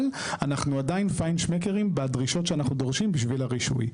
אבל אנחנו עדיין לפעמים "שמקרים" בדרישות שאנחנו דורשים בשביל הרישוי.